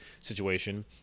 situation